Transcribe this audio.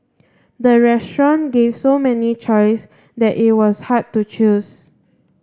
the restaurant gave so many choice that it was hard to choose